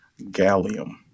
Gallium